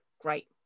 great